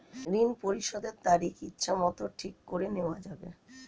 ঋণ পরিশোধের তারিখ ইচ্ছামত ঠিক করে নেওয়া যাবে?